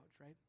right